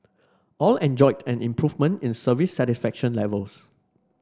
all enjoyed an improvement in service satisfaction levels